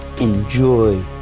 enjoy